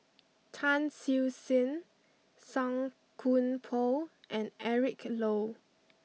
Tan Siew Sin Song Koon Poh and Eric Low